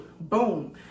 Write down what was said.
Boom